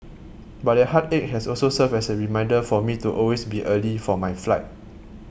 but that heartache has also served as a reminder for me to always be early for my flight